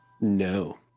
No